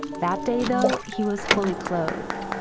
that day though, he was fully clothed.